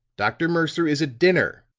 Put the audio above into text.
dr. mercer is at dinner,